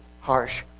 harsh